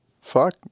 fuck